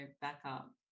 backup